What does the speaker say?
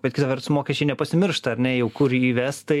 bet kita vertus mokesčiai nepasimiršta ar ne jau kur įves tai